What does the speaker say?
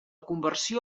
conversió